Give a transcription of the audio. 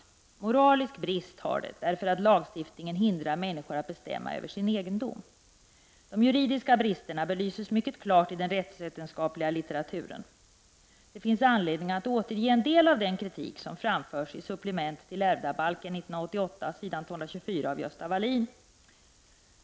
Det har moralisk brist, därför att lagstiftningen hindrar människor att bestämma över sin egendom, De juridiska bristerna belyses mycket klart i den rättsvetenskapliga litteraturen. Det finns anledning att återge en del av den kritik som framförs i supplement till ärvdabalken 1988, s. 224, av Gösta Walin.